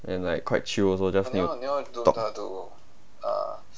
and like quite chill also just talk